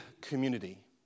community